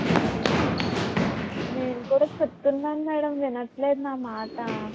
అయో నేను కూడా చెప్తున్నాను మేడమ్ వినట్లేదు నా మాట